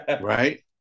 Right